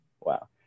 Wow